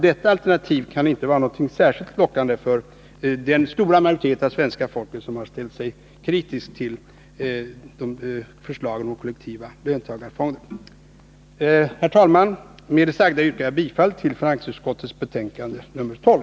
Det alternativet kan inte vara särskilt lockande för den stora majoritet av svenska folket som har ställt sig kritisk till förslagen om kollektiva löntagarfonder. Herr talman! Med det sagda yrkar jag bifall till finansutskottets hemställan i betänkandet nr 12.